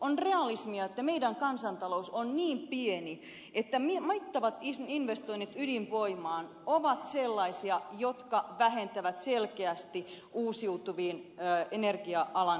on realismia että meidän kansantaloutemme on niin pieni että mittavat investoinnit ydinvoimaan ovat sellaisia jotka vähentävät selkeästi uusiutuvan energian alan satsauksia